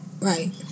Right